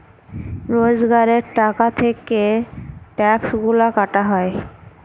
রোজগারের টাকা থেকে ট্যাক্সগুলা কাটা হয়